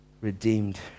redeemed